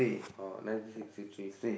uh nineteen sixty three